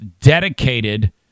dedicated